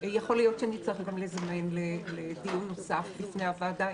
יכול להיות שנצטרך גם לזמן אנשים לדיון נוסף בפני הוועדה,